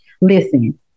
listen